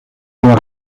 var